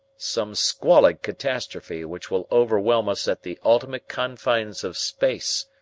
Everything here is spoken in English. some squalid catastrophe which will overwhelm us at the ultimate confines of space,